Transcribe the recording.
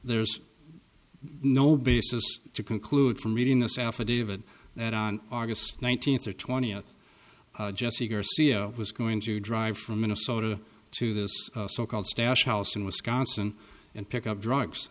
there's no basis to conclude from reading this affidavit that on august nineteenth or twentieth jesse garcia was going to drive from minnesota to this so called stash house in wisconsin and pick up drugs